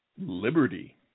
Liberty